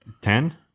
Ten